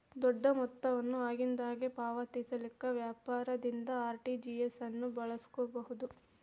ದೊಡ್ಡ ಮೊತ್ತ ವನ್ನ ಆಗಿಂದಾಗ ಪಾವತಿಸಲಿಕ್ಕೆ ವ್ಯಾಪಾರದಿಂದ ಆರ್.ಟಿ.ಜಿ.ಎಸ್ ಅನ್ನು ಬಳಸ್ಕೊಬೊದು